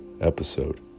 episode